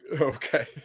Okay